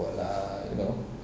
what lah you know